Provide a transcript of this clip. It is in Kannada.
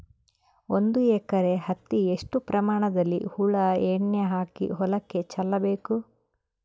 ಒಂದು ಎಕರೆ ಹತ್ತಿ ಎಷ್ಟು ಪ್ರಮಾಣದಲ್ಲಿ ಹುಳ ಎಣ್ಣೆ ಹಾಕಿ ಹೊಲಕ್ಕೆ ಚಲಬೇಕು?